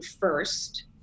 first